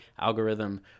algorithm